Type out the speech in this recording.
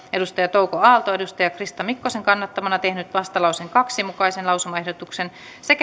touko aalto on krista mikkosen kannattamana tehnyt vastalauseen kahden mukaisen lausumaehdotuksen